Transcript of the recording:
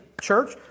church